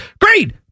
Great